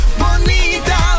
bonita